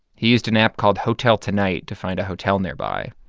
he used an app called hoteltonight to find a hotel nearby.